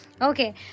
Okay